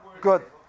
Good